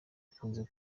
akunze